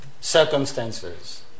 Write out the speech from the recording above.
circumstances